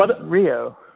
Rio